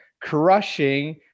crushing